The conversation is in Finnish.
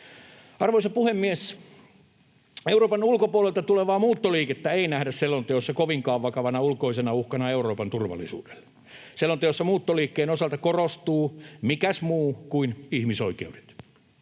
Arvoisa puhemies! Euroopan ulkopuolelta tulevaa muuttoliikettä ei nähdä selonteossa kovinkaan vakavana ulkoisena uhkana Euroopan turvallisuudelle. Selonteossa muuttoliikkeen osalta korostuvat mitkäs muut kuin ihmisoikeudet.